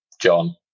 John